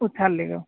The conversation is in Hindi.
उठा लेगा